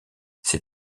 ces